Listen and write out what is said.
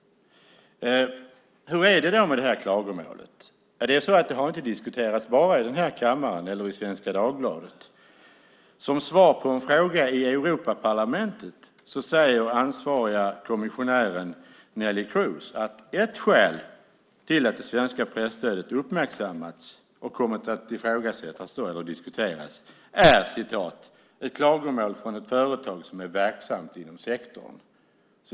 Hur är det med klagomålet? Det har inte diskuterats bara i den här kammaren eller i Svenska Dagbladet. Som svar på en fråga i Europaparlamentet sade ansvariga kommissionären Neelie Kroes att ett skäl till att det svenska presstödet uppmärksammats och kommit att ifrågasättas och diskuteras är ett "klagomål från ett företag som är verksamt inom sektorn".